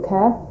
Care